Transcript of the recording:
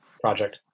project